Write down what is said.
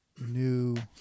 new